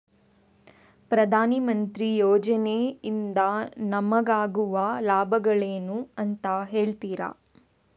ಪ್ರಧಾನಮಂತ್ರಿ ಯೋಜನೆ ಇಂದ ನಮಗಾಗುವ ಲಾಭಗಳೇನು ಅಂತ ಹೇಳ್ತೀರಾ?